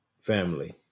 family